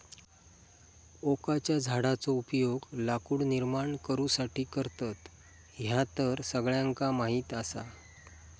ओकाच्या झाडाचो उपयोग लाकूड निर्माण करुसाठी करतत, ह्या तर सगळ्यांका माहीत आसा